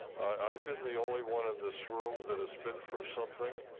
i've been the only one in this room that has been for something